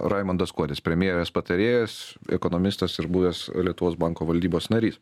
raimundas kuodis premjerės patarėjas ekonomistas ir buvęs lietuvos banko valdybos narys